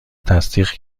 تصدیق